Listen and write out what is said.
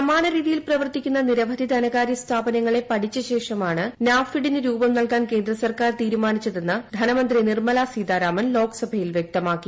സമാന രീതിയിൽ പ്രവർത്തിക്കുന്ന നിരവധി ധനകാര്യ സ്ഥാപനങ്ങളെ പഠിച്ച ശേഷമാണ് നാബ്ഫിഡിന് രൂപം നൽകാൻ കേന്ദ്ര സർക്കാർ തീരുമാനിച്ചതെന്ന് ധനമന്ത്രി നിർമ്മല സീതാരാമൻ ലോക്സഭയിൽ വൃക്തമാക്കി